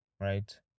right